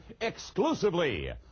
exclusively